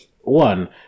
one